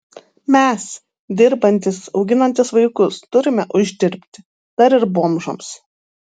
mes dirbantys auginantys vaikus turime uždirbti dar ir bomžams